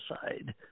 side